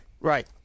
Right